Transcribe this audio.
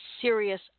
serious